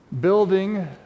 building